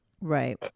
Right